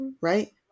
right